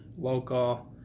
local